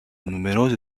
numerosi